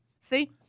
See